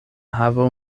havo